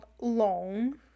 long